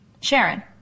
Sharon